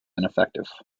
ineffective